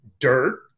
Dirt